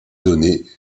donnée